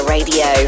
Radio